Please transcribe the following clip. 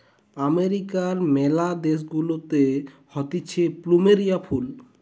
আমেরিকার ম্যালা দেশ গুলাতে হতিছে প্লুমেরিয়া ফুল